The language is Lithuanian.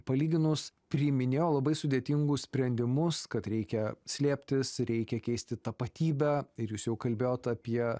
palyginus priiminėjo labai sudėtingus sprendimus kad reikia slėptis reikia keisti tapatybę ir jūs jau kalbėjot apie